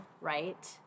right